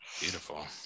beautiful